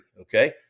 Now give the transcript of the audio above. okay